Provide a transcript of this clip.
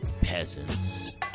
peasants